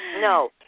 No